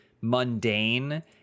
mundane